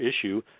issue